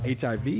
HIV